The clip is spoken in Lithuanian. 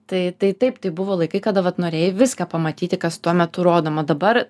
tai tai taip tai buvo laikai kada vat norėjai viską pamatyti kas tuo metu rodoma dabar